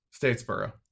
Statesboro